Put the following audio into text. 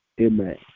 Amen